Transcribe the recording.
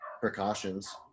precautions